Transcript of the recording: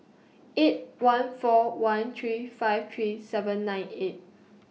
eight one four one three five three seven nine eight